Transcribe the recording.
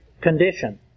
condition